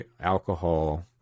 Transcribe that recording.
alcohol